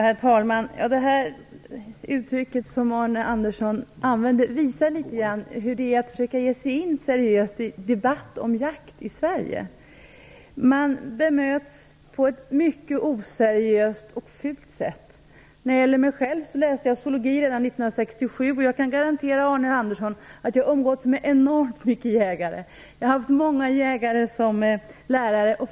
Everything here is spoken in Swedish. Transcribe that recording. Herr talman! Det här uttrycket som Arne Andersson använde visar litet grand hur det är att försöka ge sig in seriöst i en debatt om jakt i Sverige. Man bemöts på ett mycket oseriöst och fult sätt. Jag läste zoologi redan 1967, och jag kan garantera Arne Andersson att jag har umgåtts med enormt många jägare. Jag har haft många jägare som lärare.